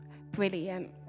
Brilliant